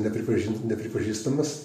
nepripažint nepripažįstamas